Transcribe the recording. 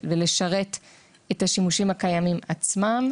ולשרת את השימושים הקיימים עצמם,